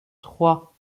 trois